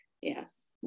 Yes